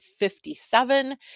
57